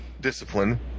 discipline